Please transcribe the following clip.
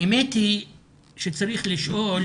האמת היא שצריך לשאול,